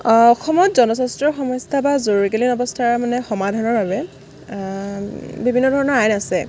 অসমত জনস্বাস্থ্যৰ সমস্যা বা জৰুৰীকালীন অৱস্থাৰ মানে সমাধানৰ বাবে বিভিন্ন ধৰণৰ আইন আছে